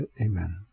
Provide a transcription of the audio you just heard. Amen